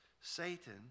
Satan